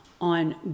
on